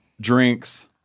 drinks